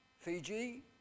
Fiji